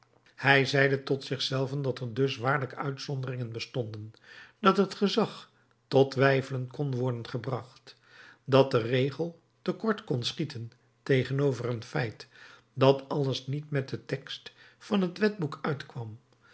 hij zeide tot zich zelven dat er dus waarlijk uitzonderingen bestonden dat het gezag tot weifelen kon worden gebracht dat de regel te kort kon schieten tegenover een feit dat alles niet met den tekst van het wetboek uitkwam